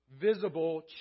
visible